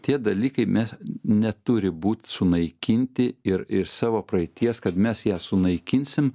tie dalykai mes neturi būt sunaikinti ir iš savo praeities kad mes ją sunaikinsim